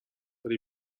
tra